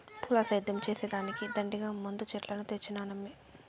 పూల సేద్యం చేసే దానికి దండిగా మందు చెట్లను తెచ్చినానమ్మీ